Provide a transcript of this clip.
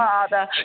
Father